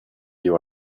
you